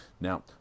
Now